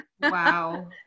Wow